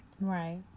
Right